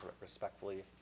respectfully